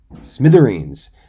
smithereens